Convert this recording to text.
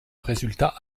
résultat